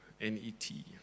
N-E-T